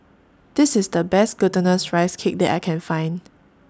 This IS The Best Glutinous Rice Cake that I Can Find